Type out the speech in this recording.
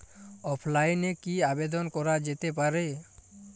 অফলাইনে কি আবেদন করা যেতে পারে?